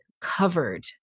Covered